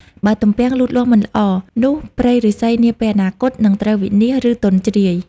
បើទំពាំងលូតលាស់មិនល្អ នោះព្រៃឫស្សីនាពេលអនាគតនឹងត្រូវវិនាស ឬទន់ជ្រាយ។